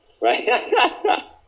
Right